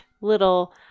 little